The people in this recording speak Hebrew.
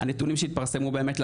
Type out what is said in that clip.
הנתונים שהתפרסמו באמת,